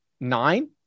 nine